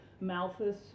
Malthus